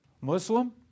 Muslim